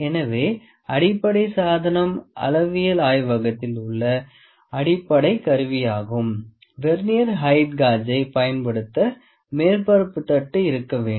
எனவே அடிப்படை சாதனம் அளவியல் ஆய்வகத்தில் உள்ள அடிப்படை கருவி ஆகும் வெர்னியர் ஹெயிட் காஜை பயன்படுத்த மேற்பரப்பு தட்டு இருக்க வேண்டும்